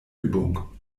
übung